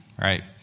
right